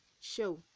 show